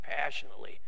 passionately